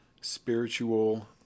spiritual